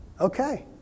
okay